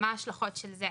ומה ההשלכות של זה.